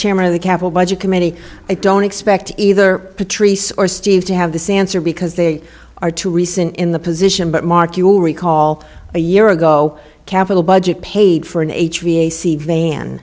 chairman of the capital budget committee i don't expect either patrice or steve to have the same answer because they are too recent in the position but mark you'll recall a year ago capital budget paid for an h v a c van